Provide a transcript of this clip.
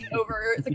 over